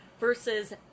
Versus